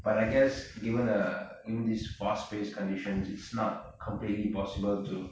but I guess given uh in this fast paced conditions it's not completely possible to